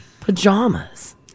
Pajamas